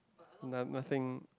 noth~ nothing